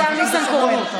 השר ניסנקורן.